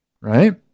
Right